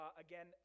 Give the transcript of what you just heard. Again